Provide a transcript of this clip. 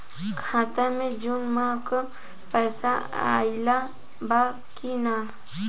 खाता मे जून माह क पैसा आईल बा की ना?